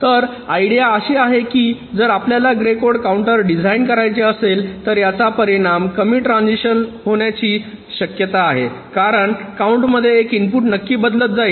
तर आयडिया अशी आहे की जर आपल्याला ग्रे कोड काउंटर डिझाइन करायचे असेल तर याचा परिणाम कमी ट्रान्झिशन होण्याची शक्यता आहे कारण काउंट मध्ये एक इनपुट नक्की बदलत जाईल